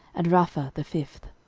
and rapha the fifth.